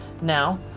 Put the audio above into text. Now